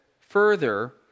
further